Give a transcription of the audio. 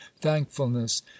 thankfulness